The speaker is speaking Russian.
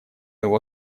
его